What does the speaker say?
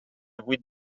vuit